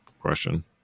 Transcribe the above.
question